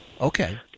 Okay